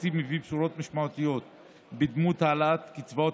התקציב מביא בשורות משמעותיות בדמות העלאת קצבאות